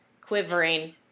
quivering